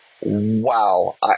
Wow